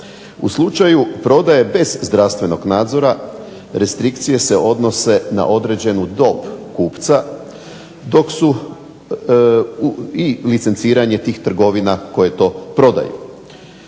U slučaju prodaje bez zdravstvenog nadzora restrikcije se odnose na određenu dob kupca dok su i licenciranje tih trgovina koje to prodaju.